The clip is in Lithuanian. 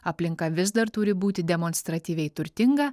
aplinka vis dar turi būti demonstratyviai turtinga